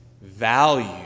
value